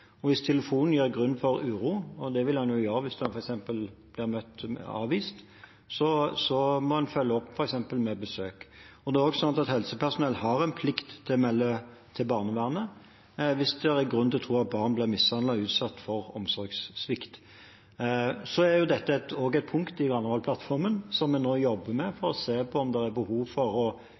Og hvis telefonsamtalen gir grunn til uro, og det vil den jo gjøre hvis en f.eks. blir avvist, må en følge opp f.eks. med besøk. Helsepersonell har også en plikt til å melde til barnevernet hvis det er grunn til å tro at barn blir mishandlet eller utsatt for omsorgssvikt. Dette er også et punkt i Granavolden-plattformen som vi nå jobber med, for å se på om det er behov for ytterligere å